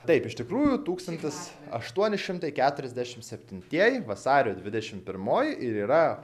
taip iš tikrųjų tūkstantis aštuoni šimtai keturiasdešimt septintieji vasario dvidešimt pirmoji ir yra